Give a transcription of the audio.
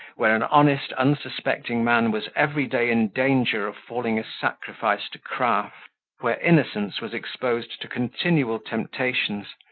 where an honest, unsuspecting man was every day in danger of falling a sacrifice to craft where innocence was exposed to continual temptations,